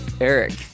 Eric